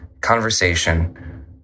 conversation